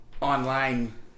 online